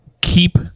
keep